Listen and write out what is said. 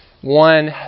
one